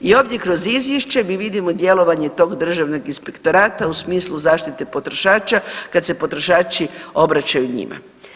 I ovdje kroz izvješće mi vidimo djelovanje tog državnog inspektorata u smislu zaštite potrošača kad se potrošači obraćaju njima.